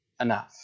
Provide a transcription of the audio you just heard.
enough